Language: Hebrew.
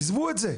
עזבו את זה.